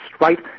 right